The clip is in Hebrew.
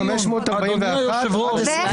אדוני היושב-ראש.